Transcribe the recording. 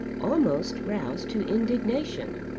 almost roused to indignation,